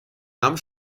namen